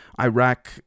Iraq